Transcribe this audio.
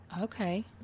okay